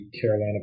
Carolina